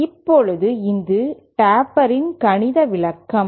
இப்போது இது டேப்பரின் கணித விளக்கம்